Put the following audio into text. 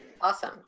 Awesome